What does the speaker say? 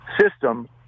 system